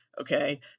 okay